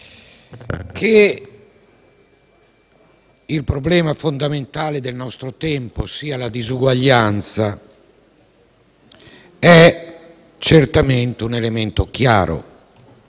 che il problema fondamentale del nostro tempo sia la disuguaglianza è certamente un elemento chiaro